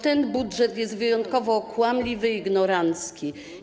Ten budżet jest bowiem wyjątkowo kłamliwy, ignorancki.